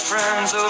Friends